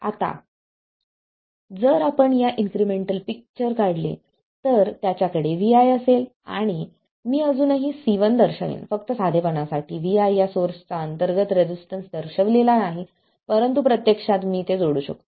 आता जर आपण याचे इन्क्रिमेंटल पिक्चर काढले तर त्याच्याकडे vi असेल आणि मी अजूनही C1 दर्शविन फक्त साधेपणासाठी vi या सोर्सचा अंतर्गत रेजिस्टन्स दर्शविला नाही परंतु प्रत्यक्षात मी ते जोडू शकतो